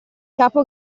capo